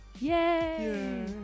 Yay